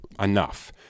enough